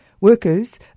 Workers